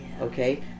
okay